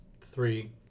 three